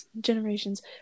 Generations